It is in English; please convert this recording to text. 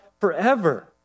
forever